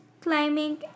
climbing